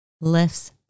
lifts